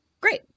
Great